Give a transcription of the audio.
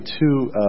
two